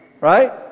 Right